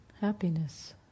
Happiness